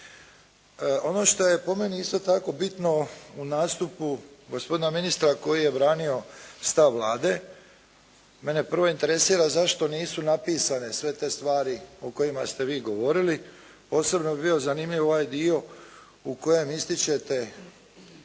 Ono što je po meni isto tako bitno u nastupu gospodina ministra koji je branio stav Vlade, mene prvo interesira zašto nisu napisane sve te stvari o kojima ste vi govorili, osobno mi je bio zanimljiv ovaj dio u kojem ističete